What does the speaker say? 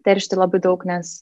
teršti labai daug nes